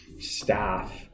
staff